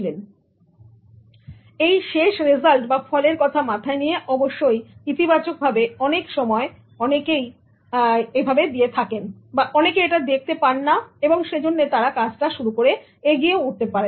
সুতরাং এই শেষ রেজাল্টের কথা মাথায় নিয়ে অবশ্যই ইতিবাচকভাবে অনেক সময় অনেকেই এটা দেখতে পান না এবং সেজন্য তারা কাজটা শুরু করে এগিয়ে উঠতে পারেন না